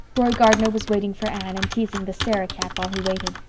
roy gardner was waiting for anne and teasing the sarah-cat while he waited.